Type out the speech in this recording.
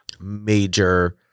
major